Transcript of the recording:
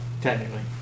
Technically